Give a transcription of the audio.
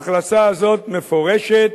ההחלטה הזאת מפורשת,